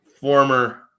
former